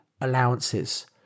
allowances